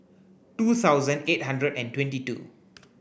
two thousand eight hundred and twenty two